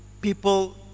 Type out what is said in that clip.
people